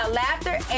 laughter